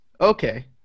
okay